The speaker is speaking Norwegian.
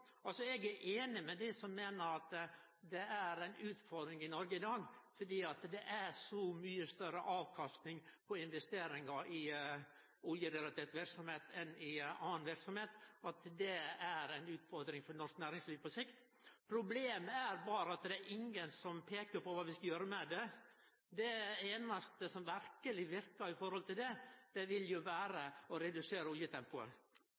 Eg er einig med dei som meiner at det er ei utfordring i Noreg i dag. Det er så mykje større avkastning på investeringar i oljerelatert verksemd enn i anna verksemd at det er ei utfordring for norsk næringsliv på sikt. Problemet er at det er ingen som peiker på kva vi skal gjere med det. Det einaste som verkeleg vil verke, er å redusere oljetempoet. Heilt til